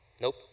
nope